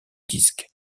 disque